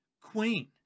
queen